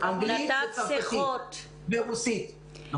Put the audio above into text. צרפתית ורוסית.